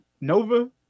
Nova